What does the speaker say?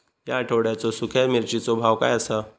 या आठवड्याचो सुख्या मिर्चीचो भाव काय आसा?